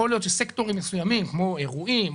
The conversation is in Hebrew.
יכול להיות שסקטורים מסוימים כמו אירועים,